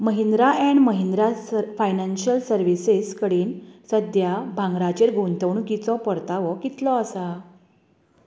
Mahindra and Mahindra financial services कडेन सध्या भांगराचेर गुंतवणुकीचो परतावो कितलो आसा